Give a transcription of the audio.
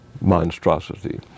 monstrosity